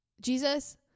Jesus